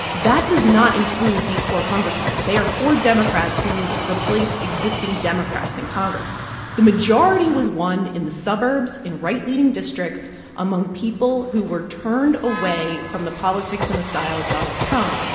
that does not include these four congresswomen. they are four democrats who replaced existing democrats in congress the majority was won in the suburbs in right-leaning districts among people who were turned away from the politics and the style of donald trump.